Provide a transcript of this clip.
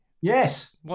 Yes